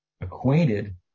acquainted